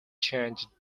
changed